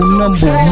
number